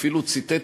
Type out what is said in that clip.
אפילו ציטט,